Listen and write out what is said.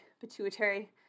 pituitary